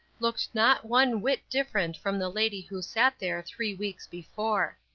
looked not one whit different from the lady who sat there three weeks before.